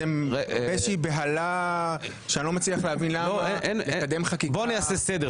איזושהי בהלה שאני לא מצליח להבין למה לקדם חקיקה --- בוא נעשה סדר.